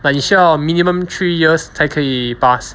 like 你需要 minimum three years 才可以 pass